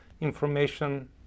information